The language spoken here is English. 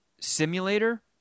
simulator